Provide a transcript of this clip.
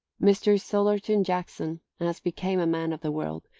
mr. sillerton jackson, as became a man of the world,